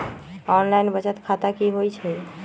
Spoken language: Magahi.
ऑनलाइन बचत खाता की होई छई?